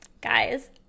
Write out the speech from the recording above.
Guys